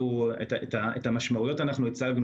את המשמעויות שיכולות להיות